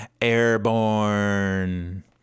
Airborne